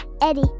Eddie